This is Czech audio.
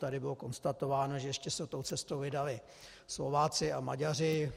Tady bylo konstatováno, že ještě se tou cestou vydali Slováci a Maďaři.